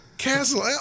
castle